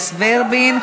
נחמיאס ורבין.